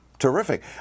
Terrific